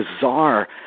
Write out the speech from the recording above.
bizarre